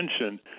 mentioned